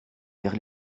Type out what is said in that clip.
vers